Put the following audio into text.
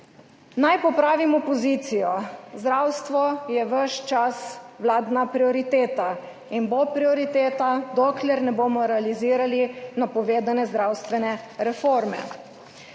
Naj popravim opozicijo. Zdravstvo je ves čas vladna prioriteta in bo prioriteta, dokler ne bomo realizirali napovedane zdravstvene reforme.